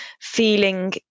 feeling